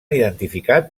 identificat